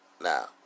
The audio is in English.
now